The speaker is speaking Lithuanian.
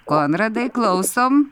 konradai klausom